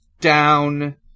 down